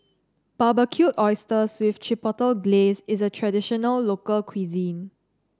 Barbecued Oysters with Chipotle Glaze is a traditional local cuisine